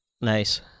Nice